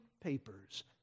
papers